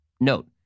Note